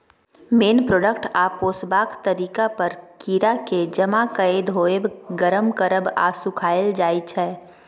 मेन product आ पोसबाक तरीका पर कीराकेँ जमा कए धोएब, गर्म करब आ सुखाएल जाइ छै